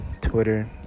Twitter